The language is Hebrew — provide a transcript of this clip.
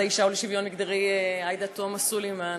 האישה ולשוויון מגדרי עאידה תומא סלימאן,